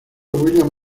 william